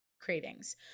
cravings